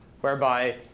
whereby